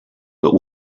but